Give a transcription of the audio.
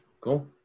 Cool